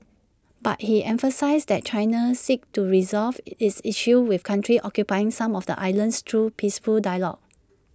but he emphasised that China seeks to resolve its issues with countries occupying some of the islands through peaceful dialogue